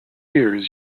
years